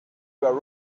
were